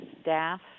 staff